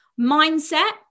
mindset